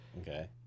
Okay